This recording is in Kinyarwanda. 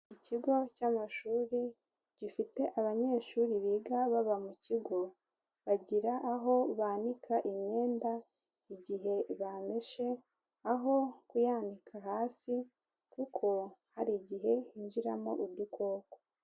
Ikigo cy'amashuri gifite abanyeshuri biga baba mu kigo, bagira aho banika imyenda igihe bameshe aho kuyanika hasi kuko hari igihe hinjiramo udukoko.